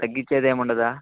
తగ్గించేది ఏముండదా